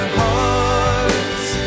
hearts